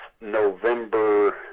November